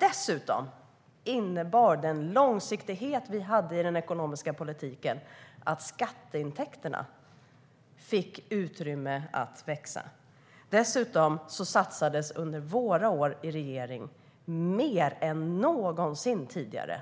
Dessutom innebar den långsiktighet vi hade i den ekonomiska politiken att skatteintäkterna fick utrymme att växa, och därtill satsades det under våra år i regering mer än någonsin tidigare